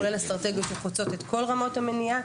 כולל אסטרטגיות שחוצות את כל רמות המניעה.